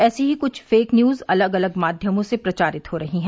ऐसी ही कुछ फेक न्यूज अलग अलग माध्यमों से प्रचारित हो रही हैं